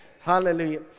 Hallelujah